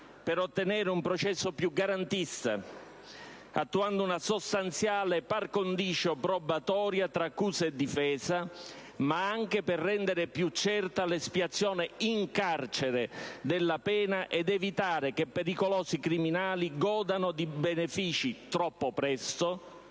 per ottenere un processo più garantista, attuando una sostanziale *par condicio* probatoria tra accusa e difesa, ma anche per rendere più certa l'espiazione in carcere della pena ed evitare che pericolosi criminali godano di benefici troppo presto,